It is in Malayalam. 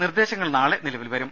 നിർദ്ദേശങ്ങൾ നാളെ നിലവിൽ വരും